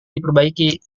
diperbaiki